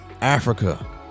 Africa